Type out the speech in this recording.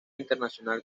internacional